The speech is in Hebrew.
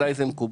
עליי זה מקובל.